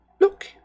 Look